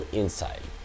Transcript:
inside